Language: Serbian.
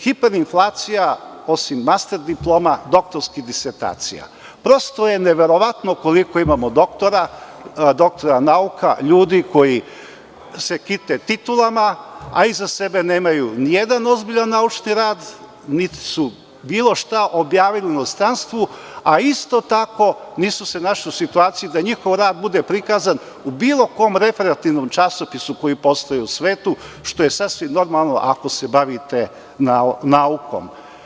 Hiperinflacija, osim master diploma, doktorskih disertacija, prosto je neverovatno koliko imamo doktora nauka, ljudi koji se kite titulama, a iza sebe nemaju ni jedan ozbiljan naučni rad, niti su bilo šta objavili u inostranstvu, a isto tako nisu se našli u situaciji da njihov rad bude prikazan u bilo kom referativnom časopisu koji postoji u svetu, što je sasvim normalno ako se bavite naukom.